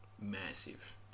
Massive